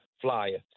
flyer